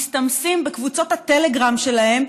מסתמסים בקבוצות הטלגרם שלהם,